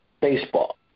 baseball